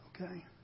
Okay